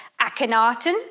Akhenaten